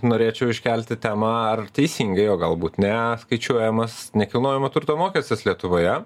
norėčiau iškelti temą ar teisingai o galbūt ne skaičiuojamas nekilnojamo turto mokestis lietuvoje